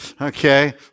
okay